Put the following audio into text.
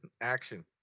action